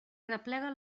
replega